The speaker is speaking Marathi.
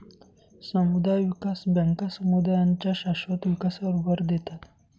समुदाय विकास बँका समुदायांच्या शाश्वत विकासावर भर देतात